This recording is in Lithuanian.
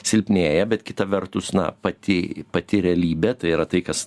silpnėja bet kita vertus na pati pati realybė tai yra tai kas